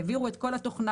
העבירו את כל התוכנה,